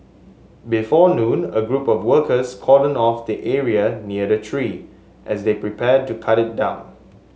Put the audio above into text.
before noon a group of workers cordoned off the area near the tree as they prepared to cut it down